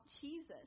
Jesus